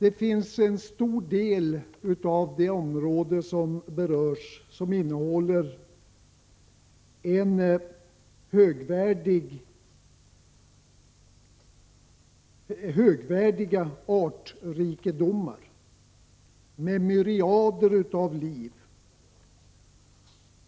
En stor del av det område som berörs innehåller högvärdiga artrikedomar med myriader av liv.